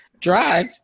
drive